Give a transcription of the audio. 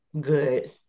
Good